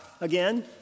again